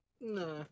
No